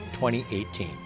2018